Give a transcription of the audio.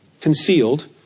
concealed